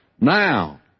Now